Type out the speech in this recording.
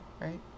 right